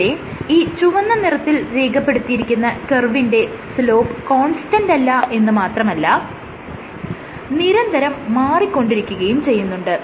ഇവിടെ ഈ ചുവന്ന നിറത്തിൽ രേഖപെടുത്തിയിരിക്കുന്ന കർവിന്റെ സ്ലോപ്പ് കോൺസ്റ്റന്റല്ല എന്ന് മാത്രമല്ല നിരന്തരം മാറികൊണ്ടിരിക്കുകയും ചെയ്യുന്നുണ്ട്